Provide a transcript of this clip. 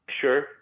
sure